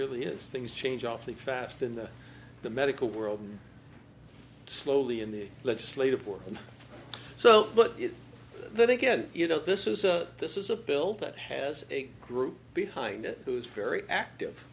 really is things change awfully fast in the medical world slowly in the legislative work and so but then again you know this is a this is a bill that has a group behind it who's very active